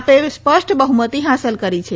આપે સ્પષ્ટ બફમતી હાંસલ કરી છે